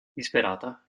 disperata